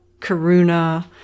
karuna